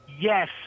Yes